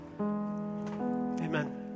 amen